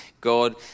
God